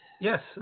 Yes